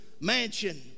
mansion